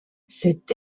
cette